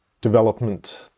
development